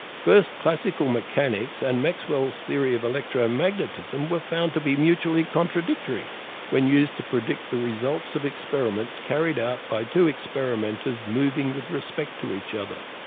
classical mechanics and maxwell's theory of electromagnetism were found to be mutually contradictory when used to predict the results of experiments carried out by two experimenters moving with respect to each other.